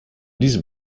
diesem